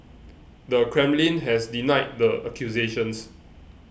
the Kremlin has denied the accusations